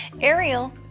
Ariel